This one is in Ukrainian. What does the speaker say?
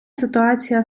ситуація